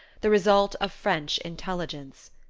the result of french intelligence.